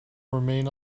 remain